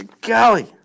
Golly